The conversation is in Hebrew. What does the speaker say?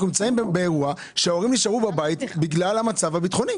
אנחנו נמצאים באירוע שבו ההורים נשארו בבית בגלל המצב הביטחוני,